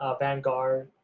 vanguard,